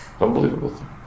Unbelievable